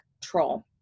troll